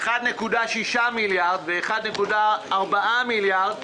1.6 מיליארד ו-1.4 מיליארד,